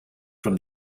from